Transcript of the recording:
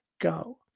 go